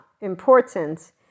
important